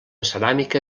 ceràmica